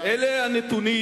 אלה הנתונים